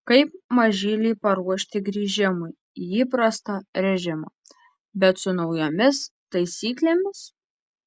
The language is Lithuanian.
kaip mažylį paruošti grįžimui į įprastą režimą bet su naujomis taisyklėmis